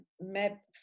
met